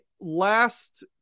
last